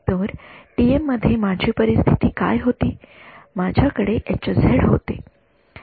तर टीएम मध्ये माझी परिस्थिती काय होती माझ्याकडे होते